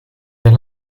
vers